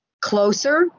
closer